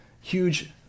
huge